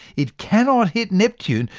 it cannot hit neptune,